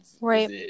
Right